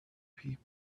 people